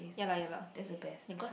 ya lah ya lah next time